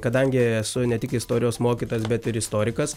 kadangi esu ne tik istorijos mokytojas bet ir istorikas